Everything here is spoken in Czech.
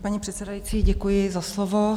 Paní předsedající, děkuji za slovo.